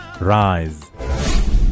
rise